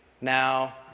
now